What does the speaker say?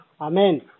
Amen